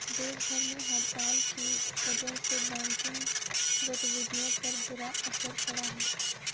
देश भर में हड़ताल की वजह से बैंकिंग गतिविधियों पर बुरा असर पड़ा है